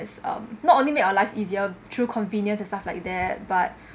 um not only make our lives easier through convenience and stuff like that but